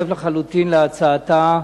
לחלוטין להצעתה